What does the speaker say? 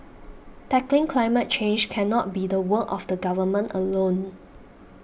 tackling climate change cannot be the work of the Government alone